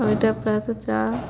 ଏଇଟା ପ୍ରାୟତଃ ଚା